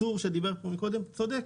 צור שדיבר כאן קודם, צודק.